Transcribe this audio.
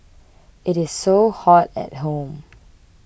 it is so hot at home